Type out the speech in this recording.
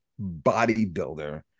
bodybuilder